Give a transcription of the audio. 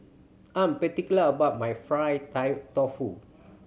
I am particular about my fried tofu